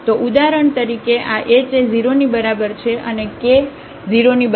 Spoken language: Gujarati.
તો ઉદાહરણ તરીકે આ h એ 0 ની બરાબર છે અને k 0 ની બરાબર છે